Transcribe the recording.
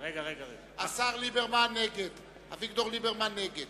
אביגדור ליברמן, נגד